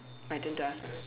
my turn to ask ah